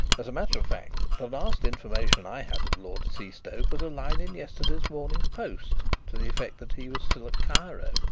as a matter of fact, the last information i had of lord seastoke was a line in yesterday's morning post to the effect that he was still at cairo.